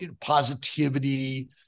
positivity